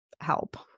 help